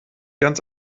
ganz